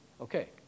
okay